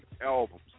albums